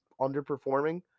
underperforming